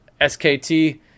SKT